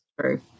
true